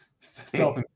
self